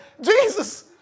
Jesus